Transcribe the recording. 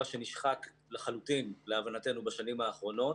שנשחק לחלוטין להבנתנו בשנים האחרונות.